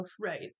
Right